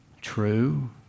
true